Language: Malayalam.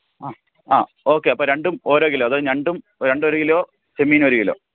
ആ ആ ഓക്കെ അപ്പം രണ്ടും ഓരോ കിലോ അത് ഞണ്ടും ഞാണ്ടൊരു കിലോ ചെമ്മീനും ഒരു കിലോ